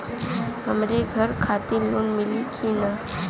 हमरे घर खातिर लोन मिली की ना?